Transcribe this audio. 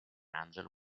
angelo